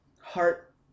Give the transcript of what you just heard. heart